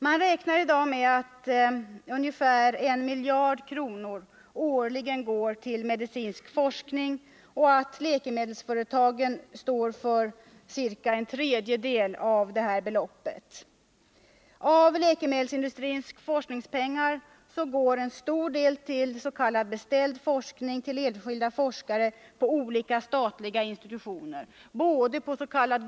Man räknar i dag med att ca 1 miljard kronor årligen går till medicinsk forskning och att läkemedelsföretagen står för ca en tredjedel av detta belopp. Av läkemedelsindustrins forskningspengar går en stor del till s.k. beställd forskning hos enskilda forskare på olika statliga institutioner, både påss.k.